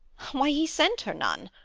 why, he sent her none.